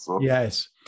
Yes